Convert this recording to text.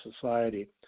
society